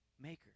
makers